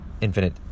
infinite